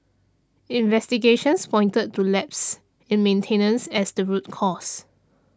investigations pointed to lapses in maintenance as the root cause